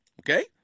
okay